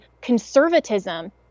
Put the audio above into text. conservatism